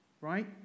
Right